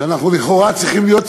כשאנחנו לכאורה צריכים להיות שמחים,